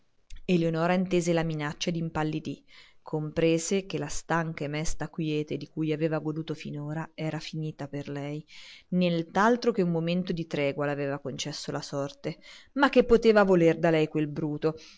eleonora intese la minaccia e impallidì comprese che la stanca e mesta quiete di cui aveva goduto finora era finita per lei nient'altro che un momento di tregua le aveva concesso la sorte ma che poteva voler da lei quel bruto